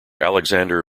alexander